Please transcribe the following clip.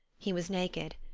he was naked.